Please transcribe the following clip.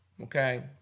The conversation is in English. okay